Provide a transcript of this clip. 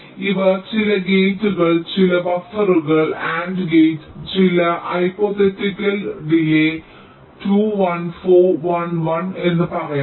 ഇവ ചില ഗേറ്റുകൾ ചില ബഫറുകൾ AND ഗേറ്റ് ചില ഹൈപോതെറ്റിക്കൽ ഡിലേയ് 2 1 4 1 1 എന്ന് പറയട്ടെ